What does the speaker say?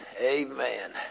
Amen